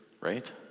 Right